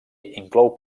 inclou